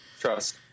Trust